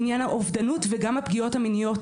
עניין האובדנות וגם הפגיעות המיניות,